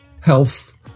health